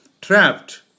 trapped